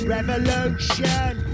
Revolution